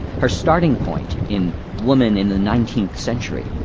her starting point, in woman in the nineteenth century,